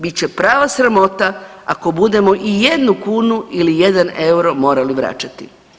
Bit će prava sramota ako budemo i jednu kunu ili jedan euro morali vraćati.